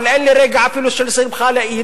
אבל אין לי רגע אפילו של שמחה לאיד,